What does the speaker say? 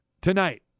tonight